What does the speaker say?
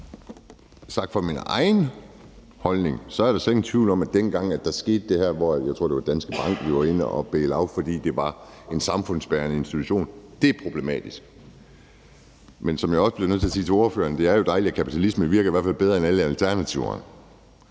Sagt ud fra min egen holdning er der slet ingen tvivl om, at det, dengang det her skete, hvor jeg tror det var Danske Bank vi var inde og baile out, fordi det var en samfundsbærende institution, var problematisk. Men som jeg også bliver nødt til at sige til ordføreren, er det jo dejligt, at kapitalismen virker, i hvert fald bedre end alle alternativerne.